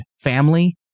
family